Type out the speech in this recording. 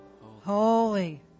holy